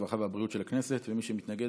הרווחה והבריאות של הכנסת ומי שמתנגד,